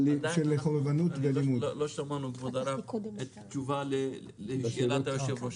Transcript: לא שמענו את התשובה לשאלת היושב-ראש,